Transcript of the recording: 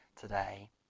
today